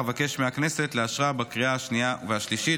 אבקש מהכנסת לאשרה בקריאה השנייה והשלישית,